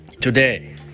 today